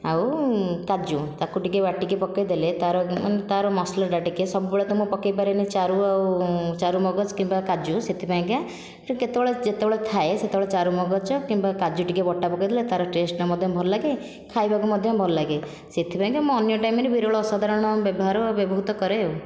ଆଉ କାଜୁ ତାକୁ ଟିକେ ବାଟିକି ପକାଇ ଦେଲେ ତାର ତା'ର ମସଲାଟା ଟିକେ ସବୁବେଳେ ତ ମୁଁ ପକାଇ ପାରେନି ଚାରୁ ଆଉ ଚାରମଗଜ କିମ୍ବା କାଜୁ ସେଥିପାଇଁ କା କେତେବେଳେ ଯେତେବେଳେ ଥାଏ ସେତେବେଳେ ଚାରମଗଜ କିମ୍ବା କାଜୁ ଟିକେ ବଟା ପକାଇ ଦେଲେ ତା'ର ଟେଷ୍ଟଟା ମଧ୍ୟ ଭଲ ଲାଗେ ଖାଇବାକୁ ମଧ୍ୟ ଭଲ ଲାଗେ ସେଥିପାଇଁ କା ମୁଁ ଅନ୍ୟ ଟାଇମ୍ରେ ବିରଳ ଅସାଧାରଣ ବ୍ୟବହାର ବ୍ୟବହୃତ କରେ ଆଉ